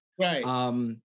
Right